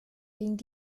ging